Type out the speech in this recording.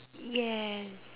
yes